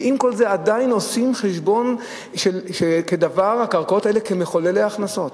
ועם כל זה עדיין עושים חשבון של הקרקעות האלה כמחוללי הכנסות.